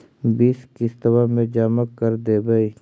बिस किस्तवा मे जमा कर देवै?